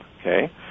okay